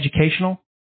educational